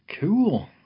cool